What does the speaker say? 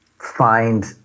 find